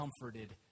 comforted